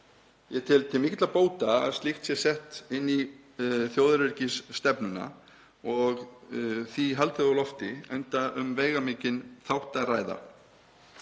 Ég tel til mikilla bóta að slíkt sé sett inn í þjóðaröryggisstefnuna og því haldið á lofti, enda um veigamikinn þátt að ræða.